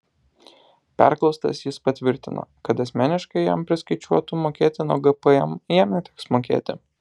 perklaustas jis patvirtino kad asmeniškai jam priskaičiuotų mokėtino gpm jam neteks mokėti